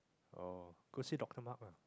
oh go see doctor Mark lah